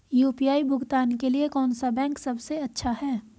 UPI भुगतान के लिए कौन सा बैंक सबसे अच्छा है?